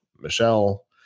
michelle